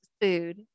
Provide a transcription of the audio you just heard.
food